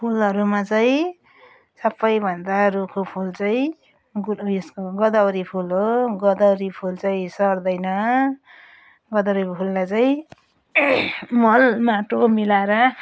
फुलहरूमा चाहिँ सब भन्दा रुखो फुल चाहिँ गो यसको गोदावरी फुल हो गोदावरी फुल चाहिँ सर्दैन गोदावरीको फुलमा चाहिँ मल माटो मिलाएर